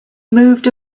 moved